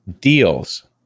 deals